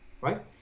right